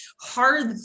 hard